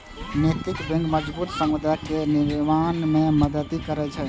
नैतिक बैंक मजबूत समुदाय केर निर्माण मे मदति करै छै